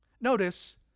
Notice